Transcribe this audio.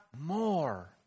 more